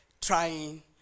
trying